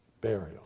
burial